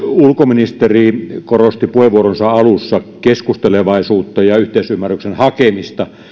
ulkoministeri korosti puheenvuoronsa alussa keskustelevaisuutta ja yhteisymmärryksen hakemista